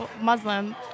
Muslim